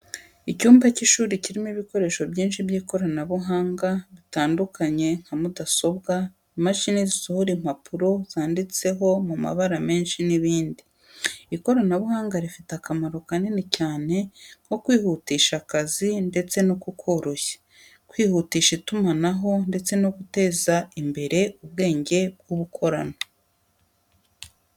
Icyumba cy'ishuri kirimo ibikoresho byinshi by'ikoranabuhanga bitandukanye nka mudasobwa, imashini zisohora impapuro zanditseho mu mabara menshi n'ibindi. Ikoranabuhanga rifite akamaro kanini cyane nko kwihutisha akazi ndetse no kukoroshya, kwihutisha itumanaho ndetse no guteza imbere ubwenge bw'ubukorano.